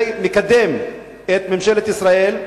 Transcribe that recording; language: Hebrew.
זה מקדם את ממשלת ישראל,